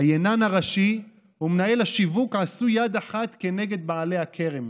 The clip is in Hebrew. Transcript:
היינן הראשי ומנהל השיווק עשו יד אחת כנגד בעלי הכרם.